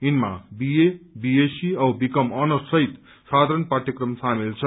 यिनमा B A BSc औ BCom honours सहित साधारण पाठयक्रम सामेल छन्